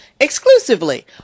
exclusively